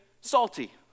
salty